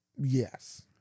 Yes